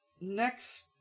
Next